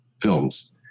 Films